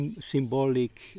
symbolic